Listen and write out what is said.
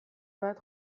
bat